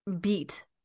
beat